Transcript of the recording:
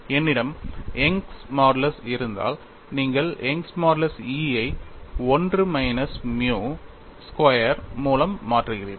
என்னிடம் யங்கின் modulus young's modulus இருந்தால் நீங்கள் யங்கின் மாடுலஸ் young's modulus E ஐ 1 மைனஸ் மியு ஸ்கொயர் மூலம் மாற்றுகிறீர்கள்